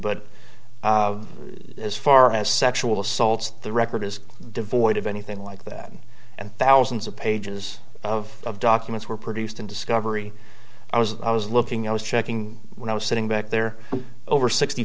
but as far as sexual assaults the record is devoid of anything like that and thousands of pages of documents were produced in discovery i was i was looking i was checking when i was sitting back there over sixty